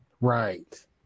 Right